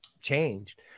changed